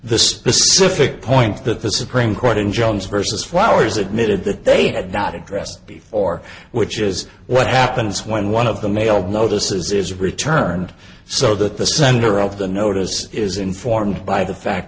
the specific point that the supreme court in jones versus flowers admitted that they had not addressed before which is what happens when one of the male notices is returned so that the sender of the notice is informed by the fact